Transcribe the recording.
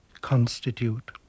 constitute